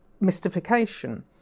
mystification